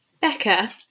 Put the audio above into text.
Becca